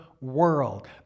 world